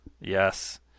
Yes